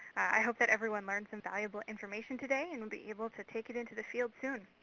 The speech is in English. i hope that everyone learned some valuable information today, and will be able to take it into the field soon.